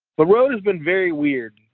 but road has been very weird.